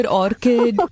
orchid